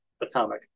atomic